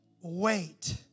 wait